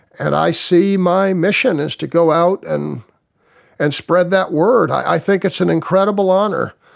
and i see my mission is to go out and and spread that word. i think it's an incredible honour,